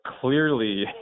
clearly